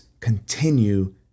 Continue